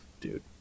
dude